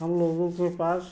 हम लोगों के पास